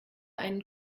einen